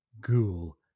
ghoul